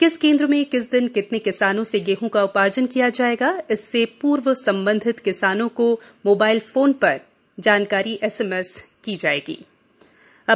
किस केंद्र में किस दिन कितने किसानों से गेहं का उपार्जन किया जाएगा इसके पूर्व संबंधित किसानों के मोबाइल फोन पर एसएमएस भेजे जाएंगे